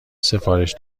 سفارش